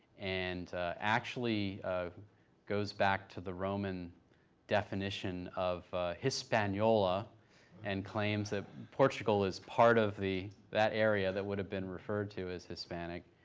and actually goes back to the roman definition of hispanola, and claims that portugal is part of the, that area, that would have been referred to as hispanic.